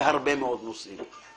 בהרבה מאוד נושאים.